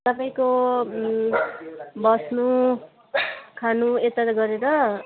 तपाईँको बस्नु खानु इत्यादि गरेर